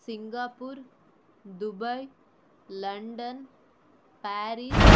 Singapore Dubai London Paris